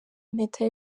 impeta